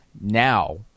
Now